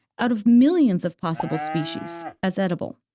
out of millions of possible species, as edible.